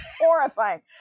horrifying